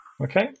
Okay